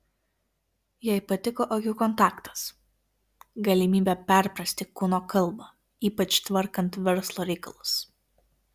jai patiko akių kontaktas galimybė perprasti kūno kalbą ypač tvarkant verslo reikalus